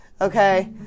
okay